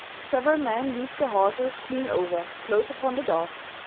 several men leaped their horses clean over, close upon the dogs.